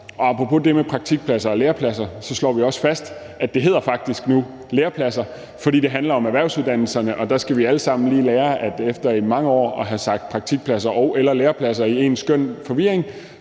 det med praktikpladser og lærepladser slår vi også fast, at det faktisk nu hedder lærepladser, fordi det handler om erhvervsuddannelserne, og der skal vi alle sammen lige lære efter i mange år at have sagt praktikpladser og/eller lærepladser i én skøn forvirring,